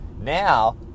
Now